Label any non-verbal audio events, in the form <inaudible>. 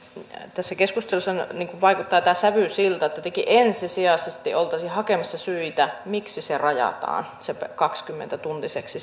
tässä keskustelussa vaikuttaa tämä sävy siltä että jotenkin ensisijaisesti oltaisiin hakemassa syitä miksi se oikeus rajataan kaksikymmentä tuntiseksi <unintelligible>